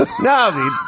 no